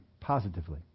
positively